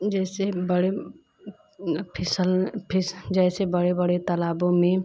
जैसे बड़े फिसल फिस जैसे बड़े बड़े तालाबों में